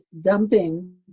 dumping